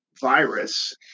virus